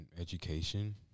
education